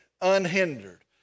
unhindered